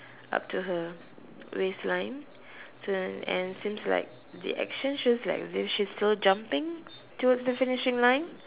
up to her waist line then and seems like the action shows like there she's still jumping towards the finishing line